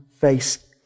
face